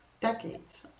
Decades